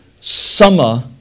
Summer